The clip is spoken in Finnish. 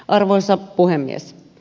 arvoisa puhemies